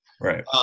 right